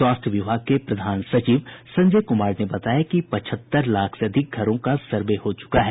स्वास्थ्य विभाग के प्रधान सचिव संजय कुमार ने बताया कि पचहत्तर लाख से अधिक घरों क सर्वे हो चुका है